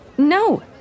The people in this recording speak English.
No